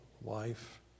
wife